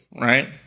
right